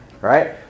right